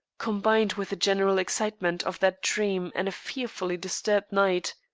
combined with the general excitement of that dream and a fearfully disturbed night.